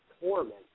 torment